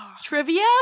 Trivia